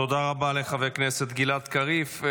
תודה רבה לחבר הכנסת גלעד קריב.